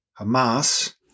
Hamas